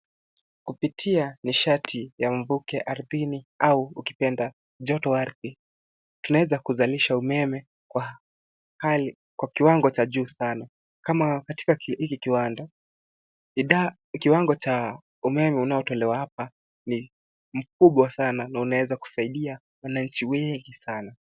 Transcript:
Kupitia nishati ya mvuke ardhini au ukipenda joto ardhi, tunaeza kuzalisha umeme kwa hali, kwa kiwango cha juu sana. Kama, katika hiki kiwanda, bidhaa kiwango cha umeme unaotolewa hapa ni mkubwa sana na unaweza kuweza kusaidia wananchi wengi sana.